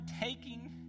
taking